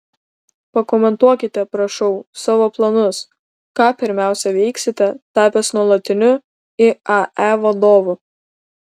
pakomentuokite prašau savo planus ką pirmiausia veiksite tapęs nuolatiniu iae vadovu